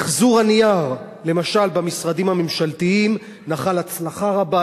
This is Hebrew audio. מיחזור הנייר במשרדים הממשלתיים למשל נחל הצלחה רבה,